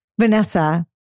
Vanessa